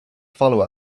follow